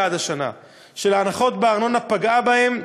עד השנה של ההנחות בארנונה פגעה בהם,